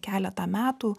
keletą metų